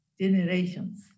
generations